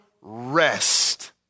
rest